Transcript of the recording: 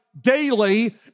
daily